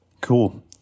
Cool